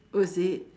oh is it